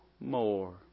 more